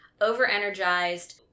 over-energized